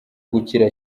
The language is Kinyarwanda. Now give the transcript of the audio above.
gukira